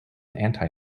anti